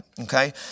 okay